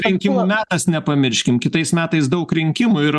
rinkimų metas nepamirškim kitais metais daug rinkimų ir